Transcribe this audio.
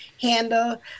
handle